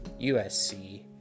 USC